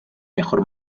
mejor